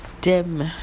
dim